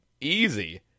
easy